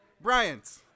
Bryant